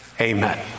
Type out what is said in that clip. Amen